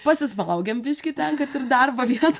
pasismaugiam biškį ten kad ir darbo vietoj